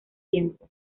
tiempo